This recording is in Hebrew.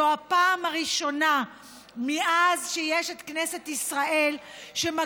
זו הפעם הראשונה מאז שיש את כנסת ישראל שבה